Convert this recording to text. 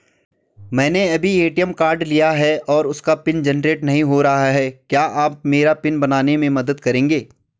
मैंने अभी ATM card लिया है और उसका पिन जेनरेट नहीं हो रहा है क्या आप मेरा पिन बनाने में मदद करेंगे?